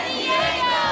Diego